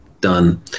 done